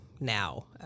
now